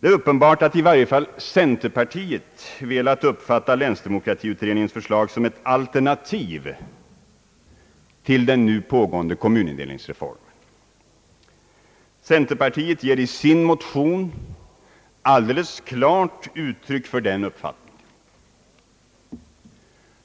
Det är uppenbart att i varje fall centerpartiet velat uppfatta länsdemokratiutredningens förslag som ett alternativ till den nu pågående kommunindelningsreformen. Centerpartiet ger i sin motion alldeles klart uttryck för den uppfattningen.